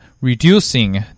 reducing